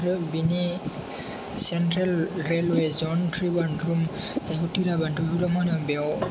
आरो बेनि central railway जन ट्रिभानद्रम जायखौ थिरुभनन्थपुराम होनो बेयाव